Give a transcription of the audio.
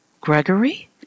Gregory